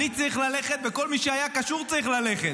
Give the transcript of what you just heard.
אני צריך ללכת וכל מי שהיה קשור צריך ללכת.